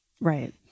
Right